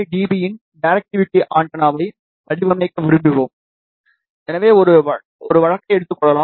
5dB யின் directivity ஆண்டெனாவை வடிவமைக்க விரும்புகிறோம் என்று ஒரு வழக்கை எடுத்துக் கொள்வோம்